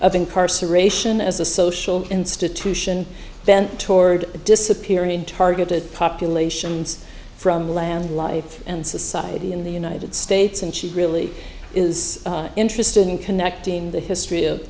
of incarceration as a social institution bent toward disappearing targeted populations from the land life and society in the united states and she really is interested in connecting the history of